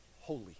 holy